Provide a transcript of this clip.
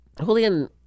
Julian –